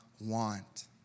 want